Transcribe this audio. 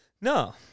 No